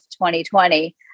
2020